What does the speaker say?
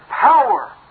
power